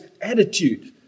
attitude